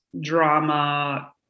drama